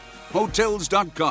Hotels.com